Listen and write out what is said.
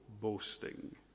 boasting